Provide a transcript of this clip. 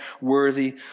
worthy